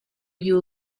you